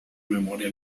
memoria